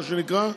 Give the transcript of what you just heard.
מה שנקרא,